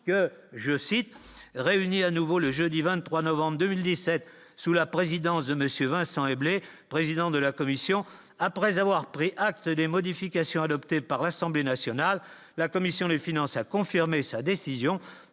que je cite réunis à nouveau le jeudi 23 novembre 2017 sous la présidence de Monsieur Vincent et blé, président de la commission après avoir pris acte des modifications adoptées par Assemblée nationale, la commission des finances, a confirmé sa décision